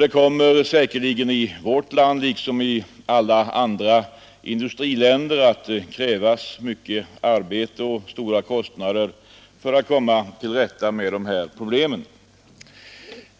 Det kommer säkerligen i vårt land — liksom i alla andra industriländer — att krävas mycket arbete och stora kostnader för att komma till rätta med dessa problem.